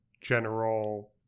general